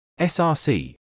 src